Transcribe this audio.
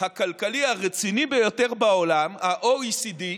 הכלכלי הרציני ביותר בעולם, ה-OECD,